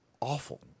Awful